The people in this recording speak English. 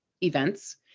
events